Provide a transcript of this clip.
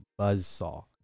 buzzsaw